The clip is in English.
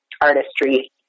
artistry